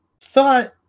thought